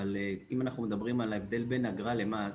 אבל אם אנחנו מדברים על הבדל בין אגרה למס,